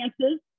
chances